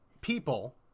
people